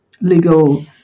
legal